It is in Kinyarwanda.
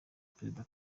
perezida